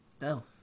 No